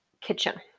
kitchen